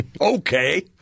Okay